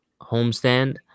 homestand